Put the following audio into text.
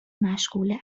مشغول